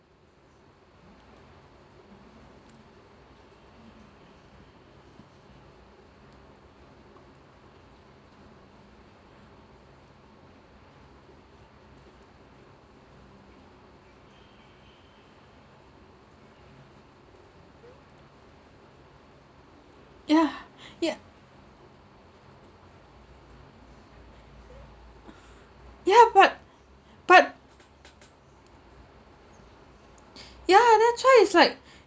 yeah ya yeah but but yeah that's why it's like